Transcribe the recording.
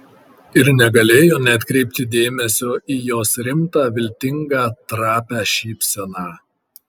ir negalėjo neatkreipti dėmesio į jos rimtą viltingą trapią šypseną